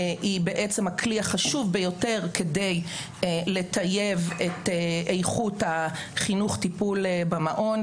היא בעצם הכלי החשוב ביותר כדי לטייב את איכות חינוך טיפול במעון.